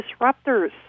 disruptors